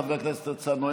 חבר הכנסת הרצנו,